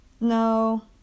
no